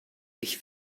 ich